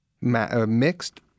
mixed